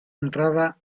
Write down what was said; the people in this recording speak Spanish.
entrada